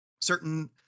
certain